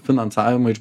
finansavimą iš